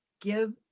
give